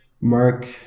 mark